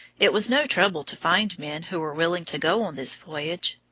it was no trouble to find men who were willing to go on this voyage.